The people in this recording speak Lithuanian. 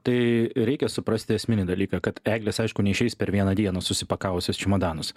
tai reikia suprasti esminį dalyką kad eglės aišku neišeis per vieną dieną susipakavusios čemodanus